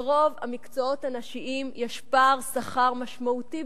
ברוב המקצועות הנשיים יש פער שכר משמעותי